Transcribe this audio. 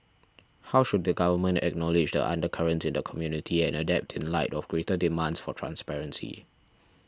how should the government acknowledge the undercurrents in the community and adapt in light of greater demands for transparency